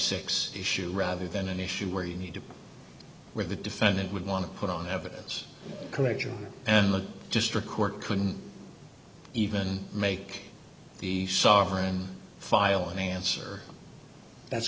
six issue rather than an issue where you need to where the defendant would want to put on evidence collection and the district court couldn't even make the sovereign file an answer that's